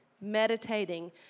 meditating